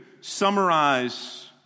summarize